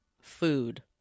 food